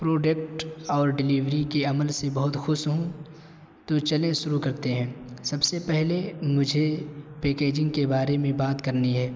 product اور delivery کے عمل سے بہت خوش ہوں تو چلیے شروع کرتے ہیں سب سے پہلے مجھے پیکجنگ کے بارے میں بات کرنی ہے